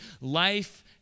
life